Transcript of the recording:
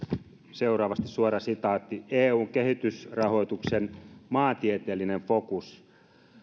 seuraavasti eun kehitysrahoituksen maantieteellinen fokus